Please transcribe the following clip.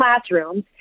classrooms